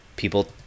People